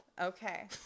Okay